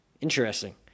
Interesting